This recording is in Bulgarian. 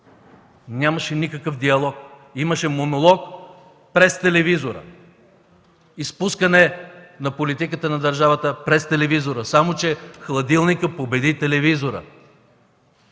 нямаше никакъв диалог, имаше монолог през телевизора – изпускане на политиката на държавата през телевизора, само че хладилникът победи телевизора.